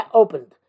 opened